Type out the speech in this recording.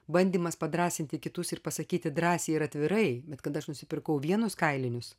bandymas padrąsinti kitus ir pasakyti drąsiai ir atvirai bet kad aš nusipirkau vienus kailinius